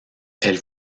elle